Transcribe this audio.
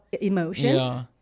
emotions